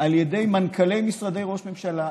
על ידי מנכ"לי משרד ראש הממשלה,